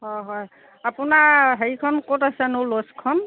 হয় হয় আপোনাৰ হেৰিখন ক'ত আছেনো ল'জখন